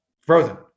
frozen